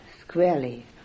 squarely